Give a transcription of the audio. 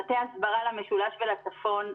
מטה הסברה למשולש ולצפון,